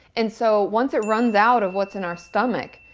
and so once it runs out of what's in our stomach,